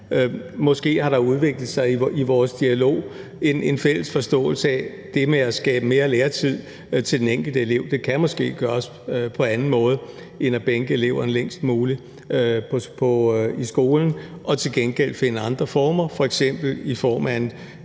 måske i vores dialog har udviklet sig en fælles forståelse af, at det med at skabe mere lærertid til den enkelte elev måske kan gøres på anden måde end at bænke eleverne længst muligt i skolen og til gengæld finde andre former, f.eks. i form af en